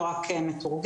לא רק מתורגם,